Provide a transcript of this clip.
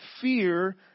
fear